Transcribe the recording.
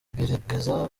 gerageza